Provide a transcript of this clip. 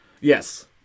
Yes